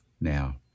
now